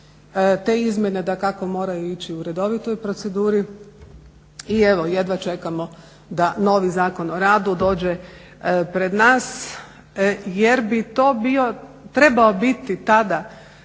Te izmjene dakako moraju ići u redovitoj proceduri i evo jedva čekamo da novi Zakon o radu dođe pred nas jer bi to trebao biti tada